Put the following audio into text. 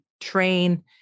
train